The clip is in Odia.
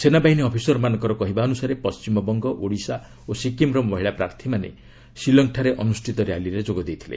ସେନାବାହିନୀ ଅଫିସରମାନଙ୍କ କହିବା ଅନୁସାରେ ପଣ୍ଟିମବଙ୍ଗ ଓଡ଼ିଶା ଓ ସିକ୍କିମ୍ର ମହିଳା ପ୍ରାର୍ଥୀମାନେ ଶିଲଙ୍ଗଠାରେ ଅନୁଷ୍ଠିତ ର୍ୟାଲିରେ ଯୋଗ ଦେଇଥିଲେ